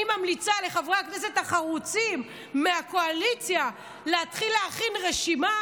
אני ממליצה לחברי הכנסת החרוצים מהקואליציה להתחיל להכין רשימה